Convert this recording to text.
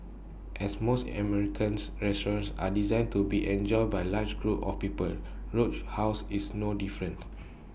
as most Americans restaurants are designed to be enjoyed by large groups of people Roadhouse is no different